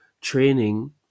training